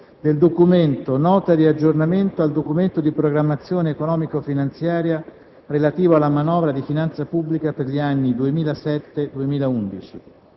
finestra") ***Nota di aggiornamento al Documento di programmazione economico-finanziaria relativo alla manovra di finanza pubblica per gli anni 2007-2011***